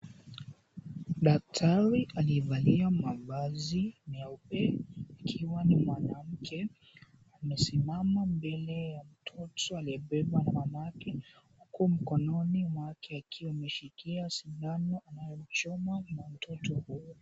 Daktari aliyevalia mavazi meupe akiwa ni mwanamke amesimama mbele ya mtoto aliyebeba mamake huku mkononi mwake akiwa ameshikia sindano anayemchoma mtoto huyo.